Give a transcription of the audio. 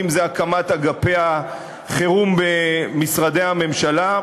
אם בהקמת אגפי החירום במשרדי הממשלה